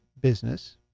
business